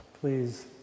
Please